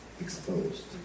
Exposed